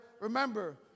remember